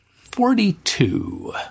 Forty-two